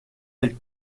del